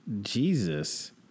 Jesus